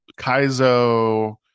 kaizo